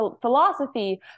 philosophy